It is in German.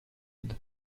sind